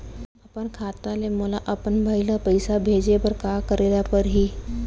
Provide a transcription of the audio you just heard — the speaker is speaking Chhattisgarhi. अपन खाता ले मोला अपन भाई ल पइसा भेजे बर का करे ल परही?